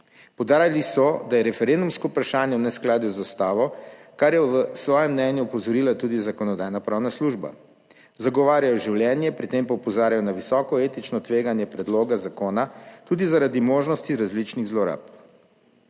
Poudarili so, da je referendumsko vprašanje v neskladju z Ustavo, kar je v svojem mnenju opozorila tudi Zakonodajno-pravna služba. Zagovarjajo življenje, pri tem pa opozarjajo na visoko etično tveganje predloga zakona tudi zaradi možnosti različnih zlorab.